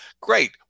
great